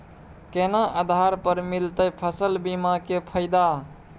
केना आधार पर मिलतै फसल बीमा के फैदा?